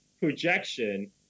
projection